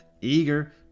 eager